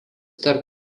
tarp